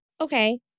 Okay